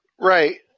Right